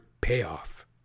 payoff